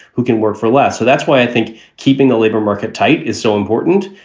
who can work for less. so that's why i think keeping the labor market tight is so important,